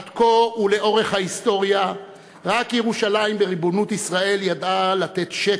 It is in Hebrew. עד כה ולאורך ההיסטוריה רק ירושלים בריבונות ישראל ידעה לתת שקט,